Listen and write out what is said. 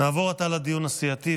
נעבור עתה לדיון הסיעתי,